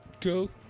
cool